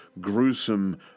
gruesome